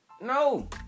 No